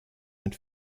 mit